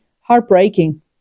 heartbreaking